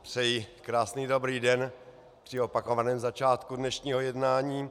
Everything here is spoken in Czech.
Přeji krásný dobrý den při opakovaném začátku dnešního jednání.